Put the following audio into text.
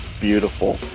beautiful